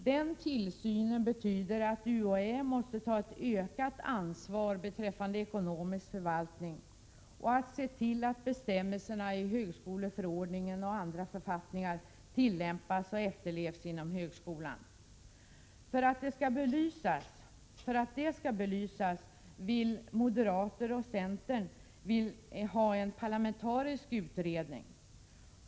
Den tillsynen innebär att UHÄ måste ta ett ökat ansvar beträffande ekonomisk förvaltning och se till att bestämmelserna i högskoleförordningen och andra författningar tillämpas och efterlevs inom högskolan. För att belysa detta vill moderaterna och centern ha en parlamentarisk utredning.